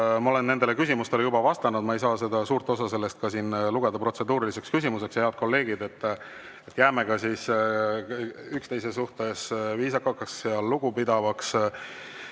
Ma olen nendele küsimustele juba vastanud ja ma ei saa suurt osa sellest ka lugeda protseduuriliseks küsimuseks. Head kolleegid, jääme siiski üksteise suhtes viisakaks ja lugupidavaks.